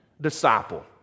disciple